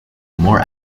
more